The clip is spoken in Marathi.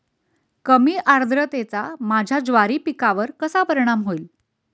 कमी आर्द्रतेचा माझ्या ज्वारी पिकावर कसा परिणाम होईल?